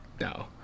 no